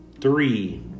three